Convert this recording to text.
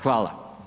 Hvala.